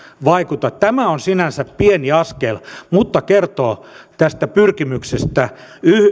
vaikuta tämä on sinänsä pieni askel mutta kertoo tästä pyrkimyksestä